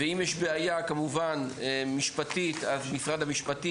ואם יש בעיה משפטית אז משרד המשפטים,